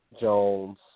Jones